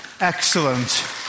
excellent